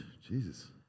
Jesus